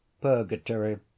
Purgatory